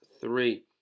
three